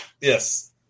Yes